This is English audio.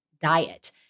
diet